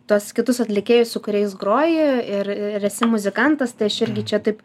tuos kitus atlikėjus su kuriais groji ir ir esi muzikantas aš irgi čia taip